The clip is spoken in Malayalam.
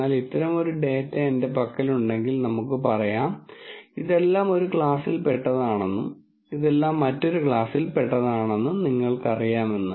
എന്നാൽ ഇത്തരമൊരു ഡാറ്റ എന്റെ പക്കലുണ്ടെങ്കിൽ നമുക്ക് പറയാം ഇതെല്ലാം ഒരു ക്ലാസിൽ പെട്ടതാണെന്നും ഇതെല്ലാം മറ്റൊരു ക്ലാസിൽ പെട്ടതാണെന്നും നിങ്ങൾക്കറിയാം എന്ന്